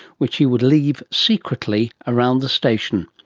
which he would leave secretly around the station.